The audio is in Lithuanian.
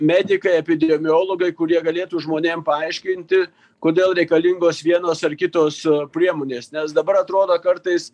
medikai epidemiologai kurie galėtų žmonėm paaiškinti kodėl reikalingos vienos ar kitos priemonės nes dabar atrodo kartais